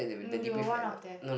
mm you were one of them